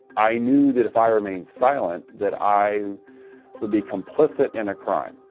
i knew that if i remained silent that i would be complicit in a crime.